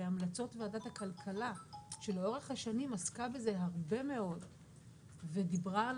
להמלצות ועדת הכלכלה שלאורך השנים עסקה בזה הרבה מאוד ודיברה על